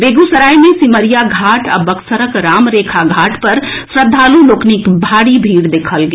बेगूसराय मे सिमरिया घाट आ वक्सरक रामरेखा घाट पर श्रद्धांलु लोकनिक भारी भीड़ देखल गेल